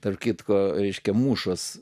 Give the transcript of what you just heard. tarp kitko reiškia mūšos